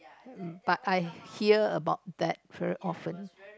but I hear about that very often